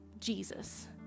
Jesus